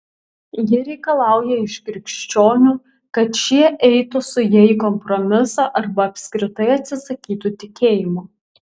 ji reikalauja iš krikščionių kad šie eitų su ja į kompromisą arba apskritai atsisakytų tikėjimo